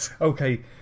Okay